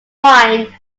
wine